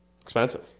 Expensive